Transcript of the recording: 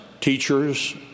teachers